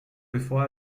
bevor